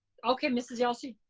okay, mrs. yelsey.